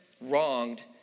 wronged